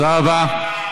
וואו.